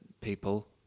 people